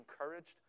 encouraged